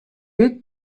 wit